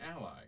ally